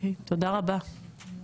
תודה רבה.